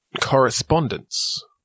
Correspondence